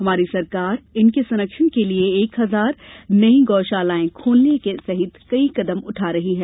हमारी सरकार इनके संरक्षण के लिये एक हजार नई गौ शालाएं खोलने सहित कई कदम उठा रही है